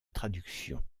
traduction